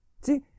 See